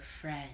friend